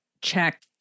check